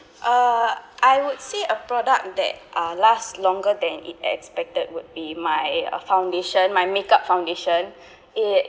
uh I would say a product that uh last longer than it expected would be my foundation my makeup foundation it